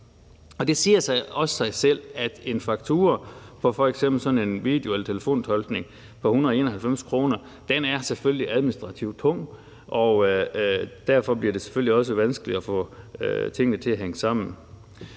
Det siger også sig selv, at en faktura fra f.eks. sådan en video- eller telefontolkningpå 191 kr. selvfølgelig er administrativt tung, og derfor bliver det selvfølgelig også vanskeligt og få tingene til at hænge sammen.